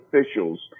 officials